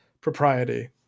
propriety